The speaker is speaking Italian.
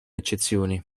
eccezioni